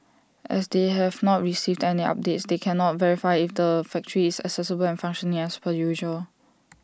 as they have not received any updates they cannot verify if the factory is accessible and functioning as per usual